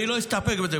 אני לא אסתפק בזה.